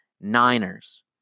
Niners